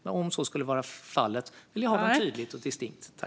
Men om så skulle vara fallet vill jag att de ska vara tydliga och distinkta.